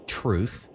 truth